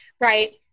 right